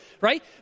Right